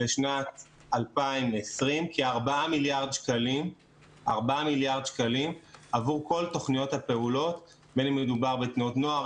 בשנת 2020 כ-4 מיליארד שקלים עבור כל תוכניות הפעולות: תנועות נוער,